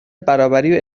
برابری